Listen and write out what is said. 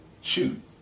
shoot